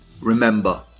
Remember